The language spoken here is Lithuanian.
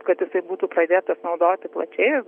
kad jisai būtų pradėtas naudoti plačiai